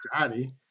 Daddy